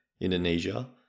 indonesia